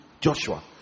joshua